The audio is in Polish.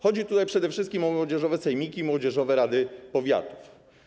Chodzi tutaj przede wszystkim o młodzieżowe sejmiki i młodzieżowe rady powiatów.